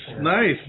nice